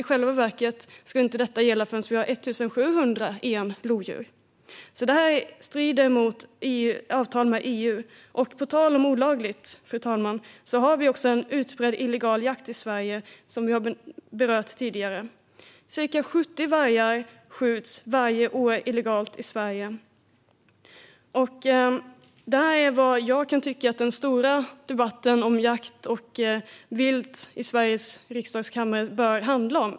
I själva verket ska detta dock inte gälla förrän det finns 1 701 lodjur. Detta strider alltså mot vårt avtal med EU. På tal om olagligt, fru talman, finns också en utbredd illegal jakt i Sverige, vilket vi har berört tidigare. Varje år skjuts ca 70 vargar illegalt i Sverige. Detta är vad jag tycker att den stora debatten om jakt och vilt i Sveriges riksdag bör handla om.